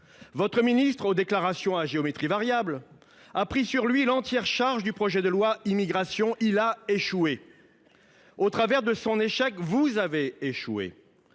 Votre ministre, aux déclarations à géométrie variable, a pris sur lui l’entière charge du projet de loi Immigration. Il a échoué ! Au travers de son échec, c’est vous qui avez échoué.